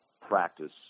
practice